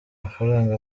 mafaranga